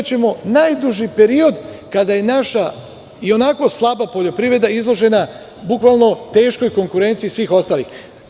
Imaćemo najduži period kada je naša, i onako slaba izložena bukvalno teškoj konkurenciji svih ostalih.